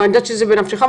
ואני יודעת שזה בנפשך,